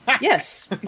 Yes